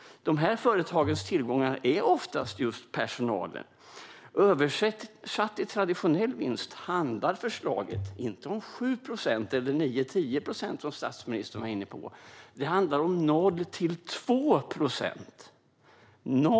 Dessa företags tillgångar är oftast just personalen. Översatt till traditionell vinst handlar förslaget inte om 7 procent eller om 9-10 procent, som statsministern var inne på, utan det handlar om 0-2 procent.